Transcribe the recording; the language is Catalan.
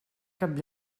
cap